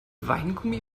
weingummi